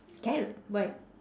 carrot why